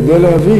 כדי להביא